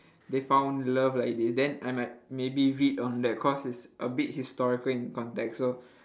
they found love like this then I might maybe read on that cause it's a bit historical in context so